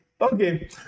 Okay